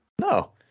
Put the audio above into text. No